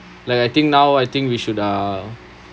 like I think now I think we should uh